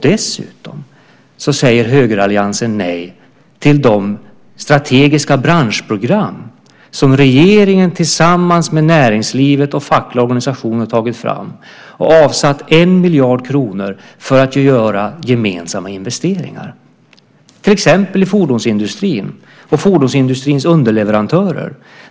Dessutom säger högeralliansen nej till de strategiska branschprogram som regeringen tillsammans med näringslivet och de fackliga organisationerna har tagit fram och avsatt 1 miljard kronor till för att göra gemensamma investeringar, till exempel i fordonsindustrin och fordonsindustrins underleverantörer.